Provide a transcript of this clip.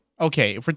Okay